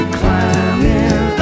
climbing